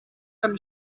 kan